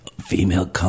female